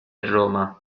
roma